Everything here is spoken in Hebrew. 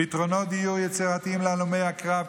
פתרונות דיור יצירתיים להלומי הקרב,